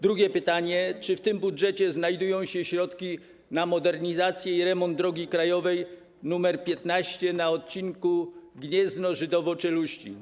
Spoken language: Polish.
Drugie pytanie: Czy w tym budżecie znajdują się środki na modernizację i remont drogi krajowej nr 15 na odcinku Gniezno - Żydowo - Czeluśnin?